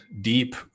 deep